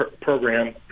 program